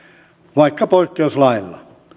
vaikka poikkeuslailla